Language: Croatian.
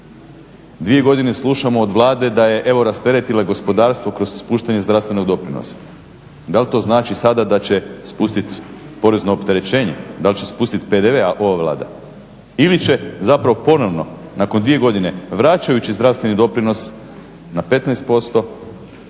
Dvije godine slušamo od Vlade da je evo rasteretila gospodarstvo kroz ispuštanje zdravstvenog doprinosa. Da li to znači sada da će spustiti porezno opterećenje, da li će spustiti PDV ova Vlada ili će zapravo ponovno nakon dvije godine vraćajući zdravstveni doprinos na 15%